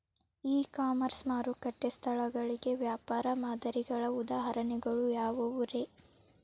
E commerce ಮಾರುಕಟ್ಟೆ ಸ್ಥಳಗಳಿಗೆ ವ್ಯಾಪಾರ ಮಾದರಿಗಳ ಉದಾಹರಣೆಗಳು ಯಾವವುರೇ?